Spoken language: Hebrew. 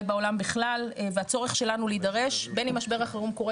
בעולם בכלל והצורך שלנו להידרש בין אם משבר החירום קורה